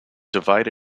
divide